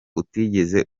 utigeze